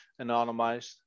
anonymized